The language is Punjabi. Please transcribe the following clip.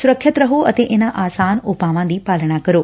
ਸੁਰੱਖਿਅਤ ਰਹੋ ਅਤੇ ਇਨਾਂ ਆਸਾਨ ਉਪਾਵਾਂ ਦੀ ਪਾਲਣਾ ਕਰੋ